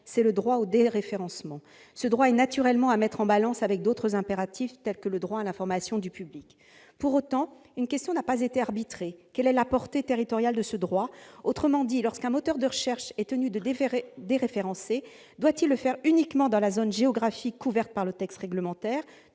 C'est le droit au déréférencement. Ce droit est naturellement à mettre en balance avec d'autres impératifs, tels que le droit à l'information du public. Pour autant, une question n'a pas été arbitrée : quelle en est la portée territoriale ? Autrement dit, lorsqu'un moteur de recherche est tenu de déréférencer, doit-il le faire uniquement dans la zone géographique couverte par le texte réglementaire-